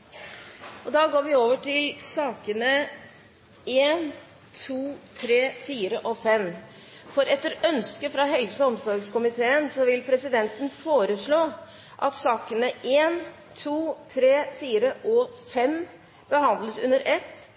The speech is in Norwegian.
– Det anses vedtatt. Etter ønske fra helse- og omsorgskomiteen vil presidenten foreslå at sakene nr. 1–5 behandles under ett.